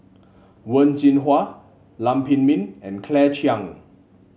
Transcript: Wen Jinhua Lam Pin Min and Claire Chiang